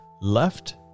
left